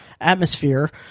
atmosphere